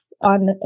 on